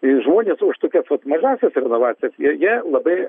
ir žmones už tokiasvat mažąsias renovacijas jie jie labai